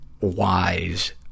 wise